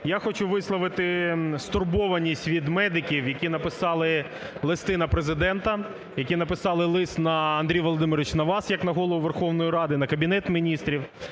я хочу висловити стурбованість від медиків, які написали листи на Президента, які написали лист, Андрій Володимирович, на вас як на Голову Верховної Ради, на Кабінет Міністрів.